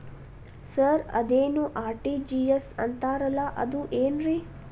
Sir ಅದೇನು RTGS ಅಂತಾರಲಾ ಅದು ಏನ್ರಿ?